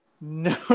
no